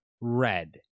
red